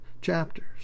chapters